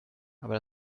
aber